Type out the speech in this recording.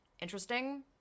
interesting